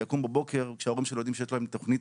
ויקום בבוקר כשההורים שלו יודעים שיש להם תוכנית